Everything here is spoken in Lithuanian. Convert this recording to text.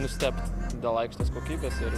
nustebt dėl aikštės kokybės ir